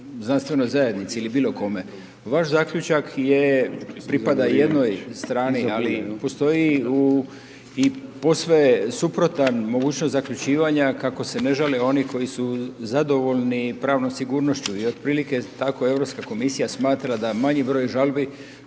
znanstvenoj zajednici ili bilo kome. Vaš zaključak je, pripada jednoj strani, ali postoji u, i posve suprotan mogućnost zaključivanja kako se ne žale oni koji su zadovoljni pravnom sigurnošću i otprilike tako Europska komisija smatra da manji broj žalbi